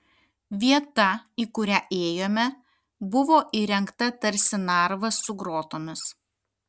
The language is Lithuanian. vieta į kurią ėjome buvo įrengta tarsi narvas su grotomis